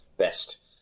best